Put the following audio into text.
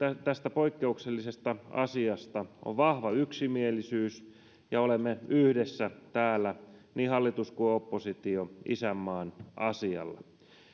tästä poikkeuksellisesta asiasta on vahva yksimielisyys ja olemme yhdessä täällä niin hallitus kuin oppositio isänmaan asialla